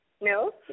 No